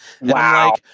Wow